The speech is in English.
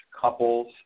couples